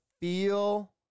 feel